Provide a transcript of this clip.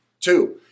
Two